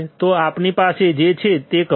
તો આપણી પાસે જે છે તે કરો